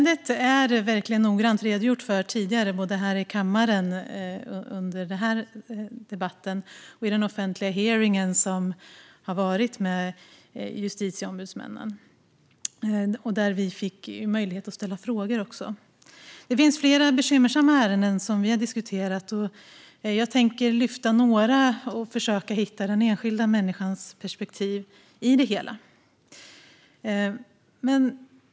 Det har redogjorts för ärendet noggrant tidigare, både här i kammaren under denna debatt och vid den offentliga hearing som har varit med justitieombudsmännen då vi fick möjlighet att ställa frågor. Det finns flera bekymmersamma ärenden som vi har diskuterat, och jag tänker lyfta fram några och försöka hitta den enskilda människans perspektiv i det hela.